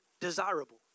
desirable